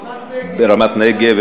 ברמת-נגב,